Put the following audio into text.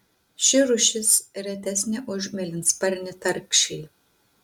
ši rūšis retesnė už mėlynsparnį tarkšlį